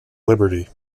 liberty